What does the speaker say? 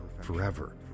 forever